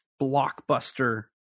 blockbuster